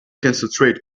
concentrate